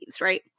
right